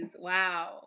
Wow